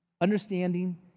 understanding